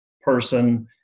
person